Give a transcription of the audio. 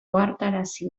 ohartarazi